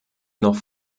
noch